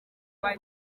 rwa